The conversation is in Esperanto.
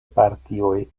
partioj